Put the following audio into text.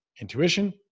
Intuition